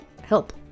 help